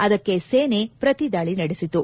ಅದಕ್ಕೆ ಸೇನೆ ಪ್ರತಿ ದಾಳಿ ನಡೆಸಿತು